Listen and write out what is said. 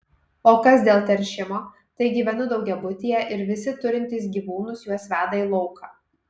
o kas dėl teršimo tai gyvenu daugiabutyje ir visi turintys gyvūnus juos veda į lauką